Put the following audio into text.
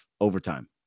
overtime